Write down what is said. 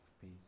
peace